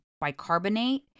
bicarbonate